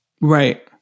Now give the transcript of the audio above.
Right